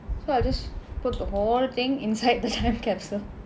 so I'll just put the whole thing inside the time capsule